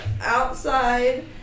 outside